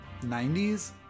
90s